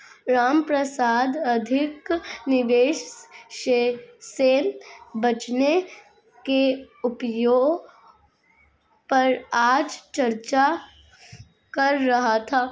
रामप्रसाद अधिक निवेश से बचने के उपायों पर आज चर्चा कर रहा था